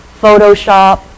Photoshop